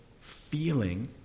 feeling